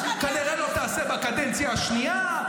כנראה לא תעשה בקדנציה השנייה,